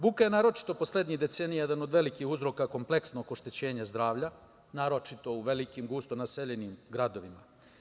Buka je naročito poslednjih decenija jedan od velikih uzroka kompleksnog oštećenja zdravlja, naročito u velikim gusto naseljenim gradovima.